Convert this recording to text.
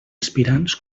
aspirants